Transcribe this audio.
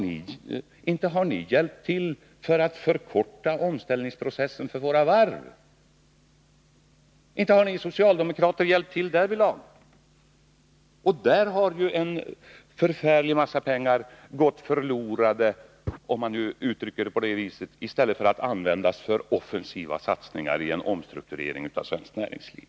Men inte har ni hjälpt till att förkorta omställningsprocessen för de svenska varven! Där har en förfärlig mängd pengar gått förlorade, om man nu uttrycker det på det viset, i stället för att användas för offensiva satsningar i en omstrukturering av svenskt näringsliv.